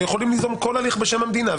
ויכולים ליזום כל הליך בשם המדינה,